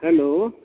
hello